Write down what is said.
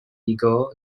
ego